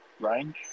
range